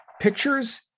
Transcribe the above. pictures